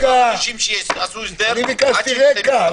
אני ביקשתי רקע,